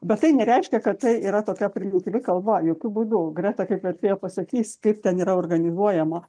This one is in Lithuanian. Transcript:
bet tai nereiškia kad tai yra tokia primityvi kalba jokiu būdu greta kaip vertėja pasakys kaip ten yra organizuojama